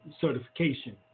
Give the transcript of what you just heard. certification